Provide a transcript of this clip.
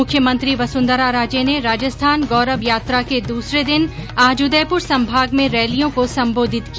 मुख्यमंत्री वसुन्धरा राजे ने राजस्थान गौरव यात्रा के दूसरे दिन आज उदयपुर संभाग में रैलियों को संबोधित किया